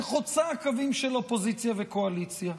שחוצה קווים של אופוזיציה וקואליציה.